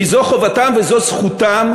כי זו חובתם וזו זכותם,